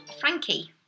Frankie